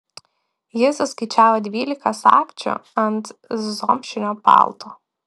jis suskaičiavo dvylika sagčių ant zomšinio palto